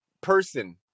person